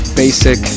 basic